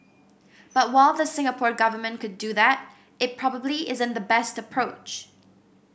but while the Singapore Government could do that it probably isn't the best approach